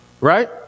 Right